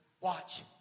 Watch